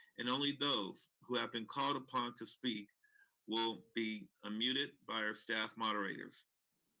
and only those who have been called upon to speak will be unmuted by our staff moderators.